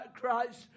Christ